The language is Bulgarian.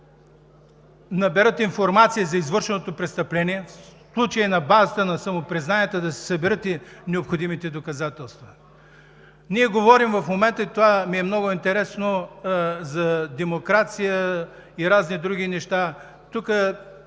наберат информация за извършеното престъпление и на базата на самопризнанията да се съберат необходимите доказателства. Ние говорим в момента – и това ми е много интересно, за демокрация и разни други неща. Тук